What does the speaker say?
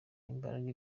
imbaraga